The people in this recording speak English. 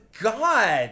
god